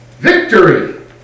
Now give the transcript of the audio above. Victory